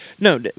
no